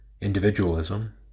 individualism